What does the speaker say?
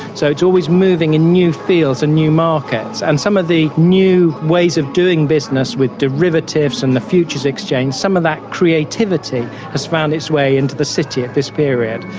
so it's always moving in new fields and new markets. and some of the new ways of doing business with derivatives and the futures exchange, some of that creativity has found its way into the city at this period.